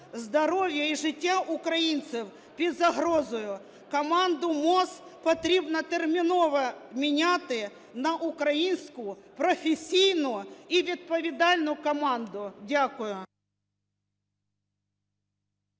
Здоров'я і життя українців під загрозою! Команду МОЗ потрібно терміново міняти на українську професійну і відповідальну команду. Дякую.